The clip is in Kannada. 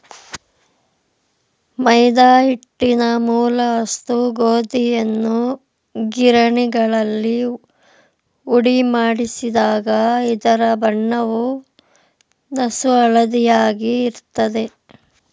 ಮೈದಾ ಹಿಟ್ಟಿನ ಮೂಲ ವಸ್ತು ಗೋಧಿಯನ್ನು ಗಿರಣಿಗಳಲ್ಲಿ ಹುಡಿಮಾಡಿಸಿದಾಗ ಇದರ ಬಣ್ಣವು ನಸುಹಳದಿಯಾಗಿ ಇರ್ತದೆ